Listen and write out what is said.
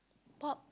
pop